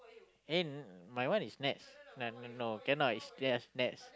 and my one is next no no no cannot it's just next